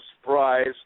surprise